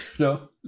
no